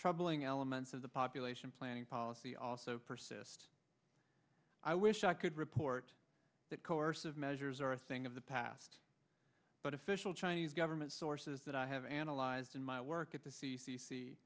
troubling elements of the population planning policy also persist i wish i could report that coercive measures are a thing of the past but official chinese government sources that i have analyzed in my work at the c c c